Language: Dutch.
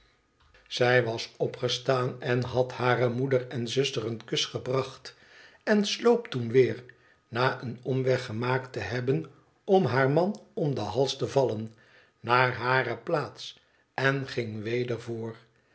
zij was opgestaan en had hare moeder en zuster een kus gebracht en en sloop toen weer na een omweg gemaakt te hebben om haar man om den hals te vallen naar hare plaats en ging weder voor